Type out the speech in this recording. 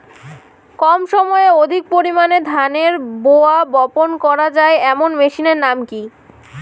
কম সময়ে অধিক পরিমাণে ধানের রোয়া বপন করা য়ায় এমন মেশিনের নাম কি?